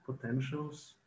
potentials